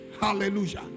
Hallelujah